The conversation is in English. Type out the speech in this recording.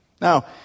Now